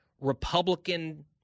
Republican